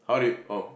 how did oh